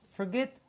forget